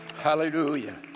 Hallelujah